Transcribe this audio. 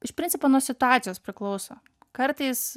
iš principo nuo situacijos priklauso kartais